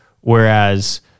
whereas